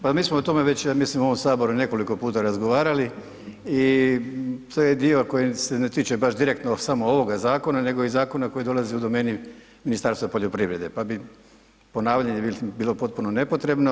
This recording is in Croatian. Pa mi smo o tome već ja mislim u ovom saboru nekoliko puta razgovarali i to je dio koji se ne tiče baš direktno samo ovoga zakona, nego i zakona koji dolazi u domeni Ministarstva poljoprivrede, pa bi ponavljanje mislim bilo potpuno nepotrebno.